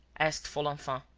asked folenfant.